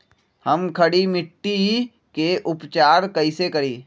हम खड़ी मिट्टी के उपचार कईसे करी?